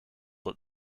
that